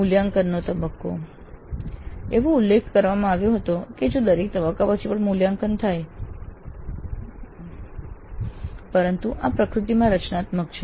મૂલ્યાંકન તબક્કો એવો ઉલ્લેખ કરવામાં આવ્યો હતો કે દરેક તબક્કા પછી પણ મૂલ્યાંકન થાય છે પરંતુ આ પ્રકૃતિમાં રચનાત્મક છે